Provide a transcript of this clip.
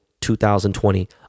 2020